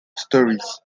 stories